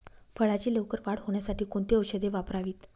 फळाची लवकर वाढ होण्यासाठी कोणती औषधे वापरावीत?